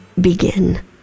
begin